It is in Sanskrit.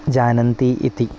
जानन्ति इति